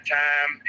time